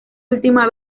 última